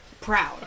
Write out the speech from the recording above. proud